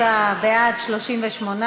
התוצאה: בעד 38,